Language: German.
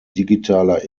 digitaler